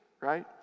right